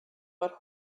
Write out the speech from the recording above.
but